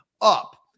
up